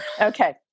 Okay